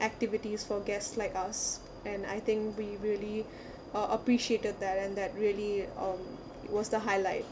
activities for guests like us and I think we really uh appreciated that and that really um was the highlight